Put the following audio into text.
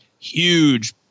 huge